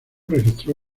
registró